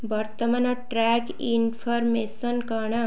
ବର୍ତ୍ତମାନ track information କ'ଣ